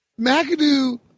Mcadoo